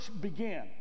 began